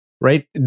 right